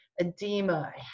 edema